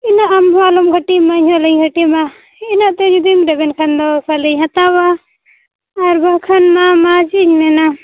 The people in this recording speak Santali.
ᱩᱱᱟᱹᱜ ᱟᱢ ᱦᱚᱸ ᱟᱞᱚᱢ ᱜᱷᱟᱹᱴᱤᱜᱢᱟ ᱤᱧᱦᱚᱸ ᱟᱞᱚᱧ ᱜᱷᱟᱹᱴᱤᱜᱢᱟ ᱤᱱᱟᱹᱜᱛᱮ ᱡᱩᱫᱤᱢ ᱨᱮᱵᱮᱱ ᱠᱷᱟᱱ ᱫᱚ ᱛᱟᱦᱚᱞᱮᱧ ᱦᱟᱛᱟᱣᱟ ᱟᱨ ᱵᱟᱝᱠᱷᱟᱱᱢᱟ ᱢᱟ ᱪᱮᱫ ᱤᱧ ᱢᱮᱱᱟ